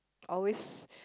always